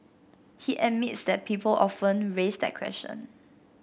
he admits that people often raise that question